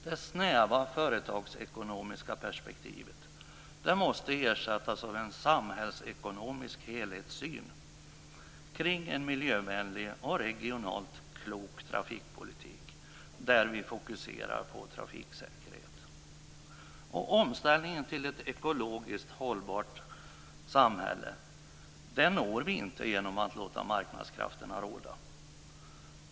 Det snäva företagsekonomiska perspektivet måste ersättas av en samhällsekonomisk helhetssyn kring en miljövänlig och regionalt klok trafikpolitik där vi fokuserar på trafiksäkerhet. Omställningen till ett ekologiskt hållbart samhälle når vi inte genom att låta marknadskrafterna råda.